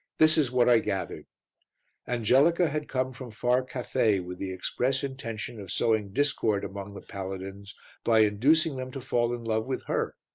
this is what i gathered angelica had come from far cathay with the express intention of sowing discord among the paladins by inducing them to fall in love with her,